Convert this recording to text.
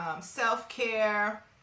self-care